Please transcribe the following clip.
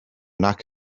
nac